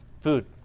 food